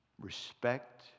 respect